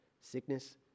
sickness